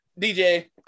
DJ